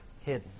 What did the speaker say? hidden